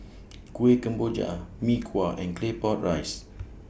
Kueh Kemboja Mee Kuah and Claypot Rice